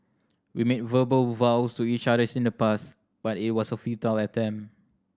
we made verbal vows to each other in the past but it was a futile attempt